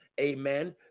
amen